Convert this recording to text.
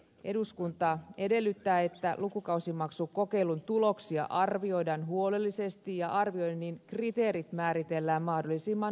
eduskunta edellyttää että ammattikorkeakoulujen lukukausimaksukokeilun tuloksia arvioidaan huolellisesti ja arvioinnin kriteerit määritellään mahdollisimman nopeasti